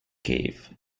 cave